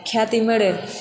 ખ્યાતિ મેળવે